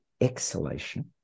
exhalation